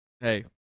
Hey